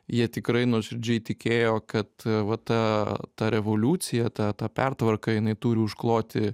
jie tikrai nuoširdžiai tikėjo kad va ta ta revoliucija ta ta pertvarka jinai turi užkloti